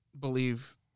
believe